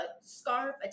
scarf